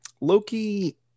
Loki